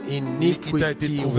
iniquity